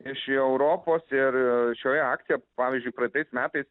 iš europos ir šioje akcijoje pavyzdžiui praeitais metais